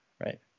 right